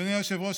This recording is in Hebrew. אדוני היושב-ראש,